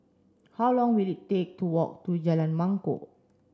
how long will it take to walk to Jalan Mangkok